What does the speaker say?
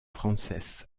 frances